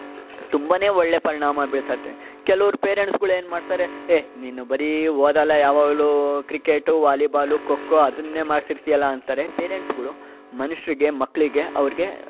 ತುಂಬನೇ ಒಳ್ಳೆಯ ಪರಿಣಾಮ ಬೀರುತ್ತಂತೆ ಕೆಲವರು ಪೇರೆಂಟ್ಸ್ಗಳು ಏನು ಮಾಡ್ತಾರೆ ಏ ನೀನು ಬರಿ ಓದಲ್ಲ ಯಾವಾಗಲೂ ಕ್ರಿಕೆಟು ವಾಲಿಬಾಲು ಖೋಖೋ ಅದನ್ನೇ ಮಾಡ್ತಿರ್ತೀಯಲ್ಲ ಅಂತಾರೆ ಪೇರೆಂಟ್ಸ್ಗಳು ಮನುಷ್ರಿಗೆ ಮಕ್ಕಳಿಗೆ ಅವ್ರಿಗೆ